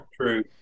true